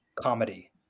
comedy